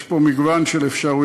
יש פה מגוון של אפשרויות,